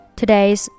today's